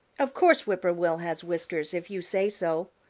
of course whip-poor-will has whiskers if you say so.